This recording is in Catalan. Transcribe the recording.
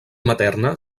materna